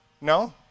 No